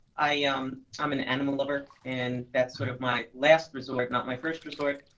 ah yeah um i'm an animal lover, and that's sort of my last resort not my first resort.